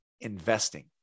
investing